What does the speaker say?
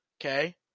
Okay